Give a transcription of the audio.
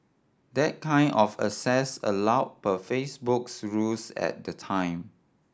that kind of access allow per Facebook's rules at the time